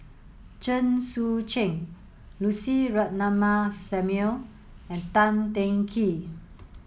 Chen Sucheng Lucy Ratnammah Samuel and Tan Teng Kee